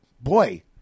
boy